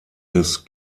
des